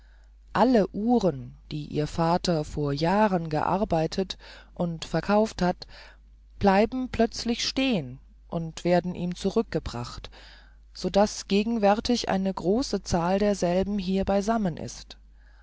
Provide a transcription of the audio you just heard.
alle uhren die ihr vater vor jahren gearbeitet und verkauft hat bleiben plötzlich stehen und werden ihm zurückgebracht so daß gegenwärtig eine große zahl derselben hier beisammen ist